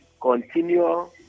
continue